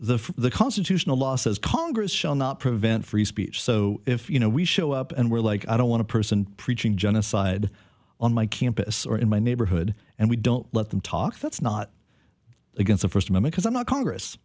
speach the constitutional law says congress shall not prevent free speech so if you know we show up and we're like i don't want to person preaching genocide on my campus or in my neighborhood and we don't let them talk that's not against a first memory because i'm not congress